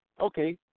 Okay